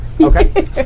Okay